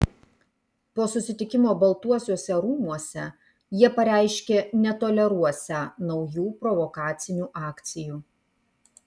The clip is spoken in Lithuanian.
po susitikimo baltuosiuose rūmuose jie pareiškė netoleruosią naujų provokacinių akcijų